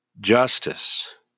justice